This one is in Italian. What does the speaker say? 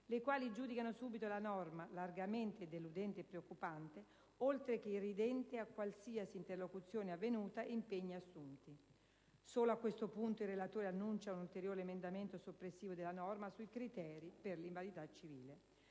le quali giudicano subito la norma «largamente deludente e preoccupante (...), oltre che irridente a qualsiasi interlocuzione avvenuta e impegni assunti». Solo a questo punto il relatore annuncia un ulteriore emendamento soppressivo della norma sui criteri per l'invalidità civile.